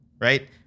right